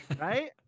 Right